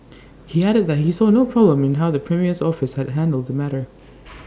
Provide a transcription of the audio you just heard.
he added that he saw no problem in how the premier's office had handled the matter